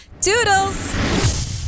Doodles